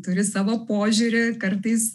turi savo požiūrį kartais